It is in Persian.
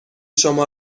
شما